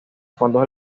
fondos